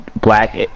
black